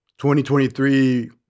2023